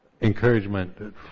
encouragement